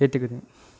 ஏற்றுக்குது